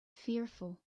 fearful